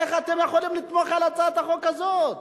איך אתם יכולים לתמוך בהצעת החוק הזו?